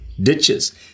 ditches